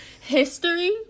History